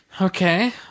Okay